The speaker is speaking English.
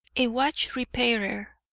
a watch repairer